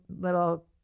little